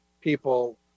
people